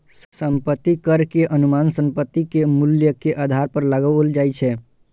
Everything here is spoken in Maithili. संपत्ति कर के अनुमान संपत्ति के मूल्य के आधार पर लगाओल जाइ छै